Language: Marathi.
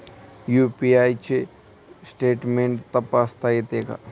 यु.पी.आय चे स्टेटमेंट तपासता येते का?